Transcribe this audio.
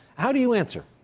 how do you answer?